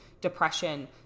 depression